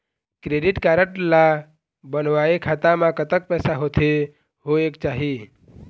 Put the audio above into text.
Credit card ला बनवाए खाता मा कतक पैसा होथे होएक चाही?